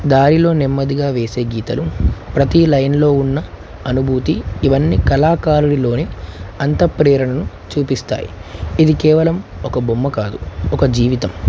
దారిలో నెమ్మదిగా వేసే గీతలు ప్రతీ లైన్లో ఉన్న అనుభూతి ఇవన్నీ కళాకారుడులోని అంత ప్రేరణను చూపిస్తాయి ఇది కేవలం ఒక బొమ్మ కాదు ఒక జీవితం